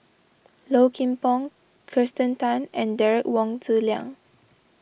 Low Kim Pong Kirsten Tan and Derek Wong Zi Liang